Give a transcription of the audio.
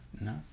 no